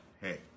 Hey